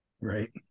Right